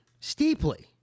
steeply